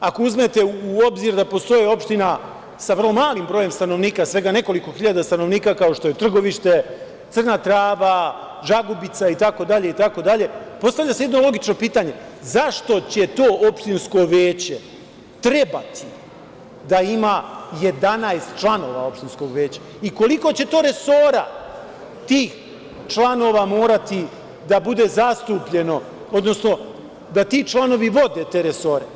Ako uzmete u obzir da postoji opština sa vrlo malim brojem stanovnika, svega nekoliko hiljada stanovnika, kao što je Trgovište, Crna Trava, Žagubica, itd, postavlja se jedno logično pitanje – zašto će to opštinsko veće trebati da ima 11 članova opštinskog veća i koliko će to resora tih članova morati da bude zastupljeno, odnosno da ti članovi vode te resore